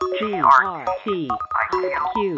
grtiq